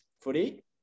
Footy